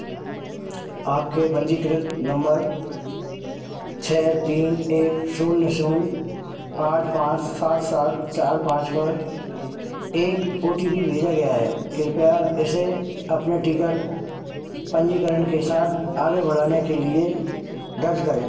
आपके पंजीकृत नंबर छः तीन एक शून्य शून्य आठ पाँच सात सात चार पाँच पर एक ओ टी पी भेजा गया है कृपया इसे अपने टीका पंजीकरण के साथ आगे बढ़ाने के लिए दर्ज करें